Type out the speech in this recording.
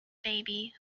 baby